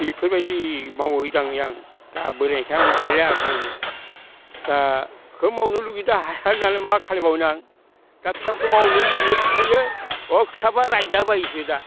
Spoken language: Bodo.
बेफोरबायदि मावै दाङै आं दा बोरायनायखाय आं हालिया मावनो दा खोब मावनो लुबैदों हाया नालाय मा खालामबावनो आं दा फिसाफोरखौ मावनो लुबैयो खोथायो ह' खोथाब्ला रायजाबायोसो दा